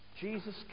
Jesus